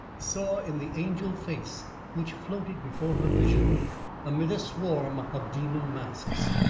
saw in the angel face which floated before her vision amid a swarm of demon masks,